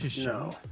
no